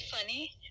funny